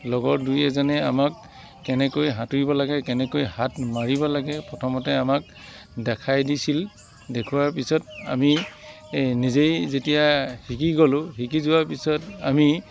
লগৰ দুই এজনে আমাক কেনেকৈ সাঁতুৰিব লাগে কেনেকৈ হাত মাৰিব লাগে প্ৰথমতে আমাক দেখাই দিছিল দেখুওৱাৰ পিছত আমি এ নিজেই যেতিয়া শিকি গ'লো শিকি যোৱাৰ পিছত আমি